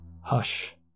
Hush